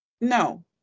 no